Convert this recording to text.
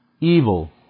evil